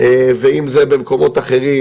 ואם זה במקומות אחרים,